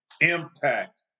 impact